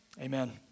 Amen